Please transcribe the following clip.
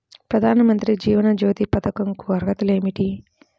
ప్రధాన మంత్రి జీవన జ్యోతి పథకంకు అర్హతలు ఏమిటి?